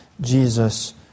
Jesus